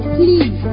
please